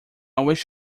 wish